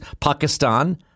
Pakistan